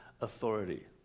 authority